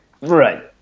Right